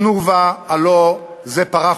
"תנובה" הלוא זה פרה חולבת,